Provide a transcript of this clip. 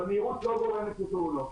אבל מהירות לא גורמת לתאונות.